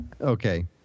okay